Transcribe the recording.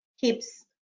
keeps